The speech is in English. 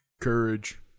courage